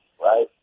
right